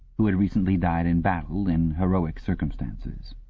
who had recently died in battle, in heroic circumstances.